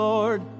Lord